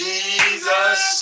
Jesus